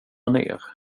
ner